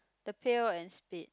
the pail and split